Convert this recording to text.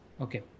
Okay